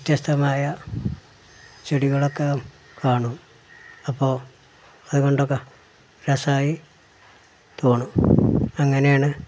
വ്യത്യസ്തമായ ചെടികളൊക്കെ കാണും അപ്പോൾ അതുകൊണ്ടൊക്കെ രസമായി പോണു അങ്ങനെയാണ്